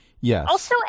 Yes